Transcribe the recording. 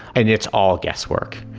and it's all guesswork.